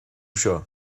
seo